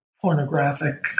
pornographic